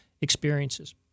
experiences